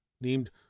named